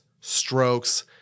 strokes